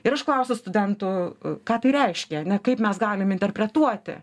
ir aš klausiu studentų ką tai reiškia ane kaip mes galim interpretuoti